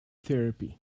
therapy